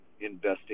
investing